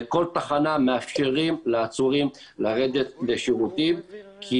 בכל תחנה מאפשרים לעצורים לרדת לשירותים כי